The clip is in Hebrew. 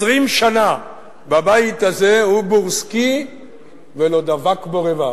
20 שנה בבית הזה הוא בורסקי ולא דבק בו רבב.